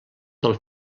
del